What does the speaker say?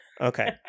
okay